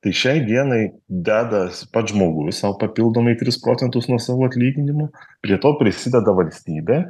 tai šiai dienai dedas pats žmogus sau papildomai tris procentus nuo savo atlyginimo prie to prisideda valstybė